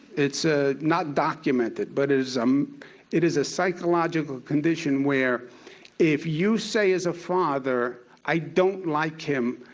it's ah not documented, but it is um it is a psychological condition where if you say as a father, i don't like him,